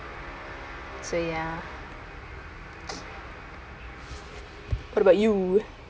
so ya what about you